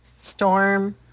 Storm